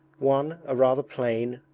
one, a rather plain,